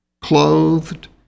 Clothed